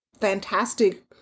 fantastic